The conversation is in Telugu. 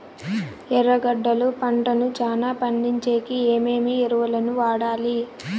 ఎర్రగడ్డలు పంటను చానా పండించేకి ఏమేమి ఎరువులని వాడాలి?